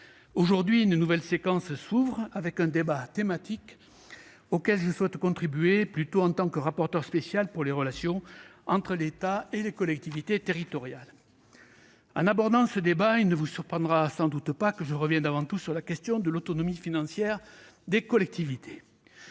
Aujourd'hui, une nouvelle séquence s'ouvre, avec un débat thématique auquel je souhaite contribuer en tant que rapporteur spécial de la mission « Relations avec les collectivités territoriales ». En abordant ce débat, il ne vous surprendra sans doute pas que je revienne avant tout sur la question de l'autonomie financière des collectivités